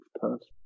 person